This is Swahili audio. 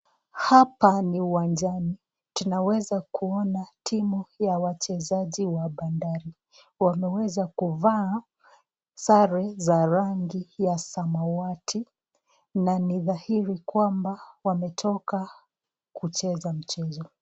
Hapa ni uwanjani tunaweza kuona timu ya wachezaji wabandari, wameweza kuvaa sare za rangi ya samawati na nidhahiri kwamba wametoka kucheza mchezo.